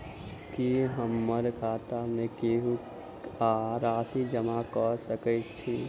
की हमरा खाता मे केहू आ राशि जमा कऽ सकय छई?